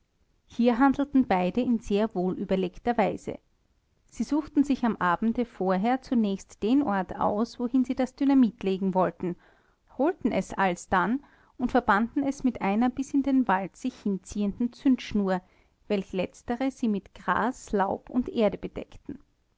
hier handelten beide in sehr wohlüberlegter weise sie suchten sich am abende vorher zunächst den ort aus wohin sie das dynamit legen wollten holten es alsdann und verbanden es mit einer bis in den wald sich hinziehenden zündschnur welch letztere sie mit gras laub und erde bedeckten